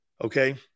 Okay